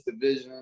division